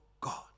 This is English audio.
God